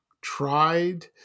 tried